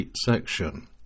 section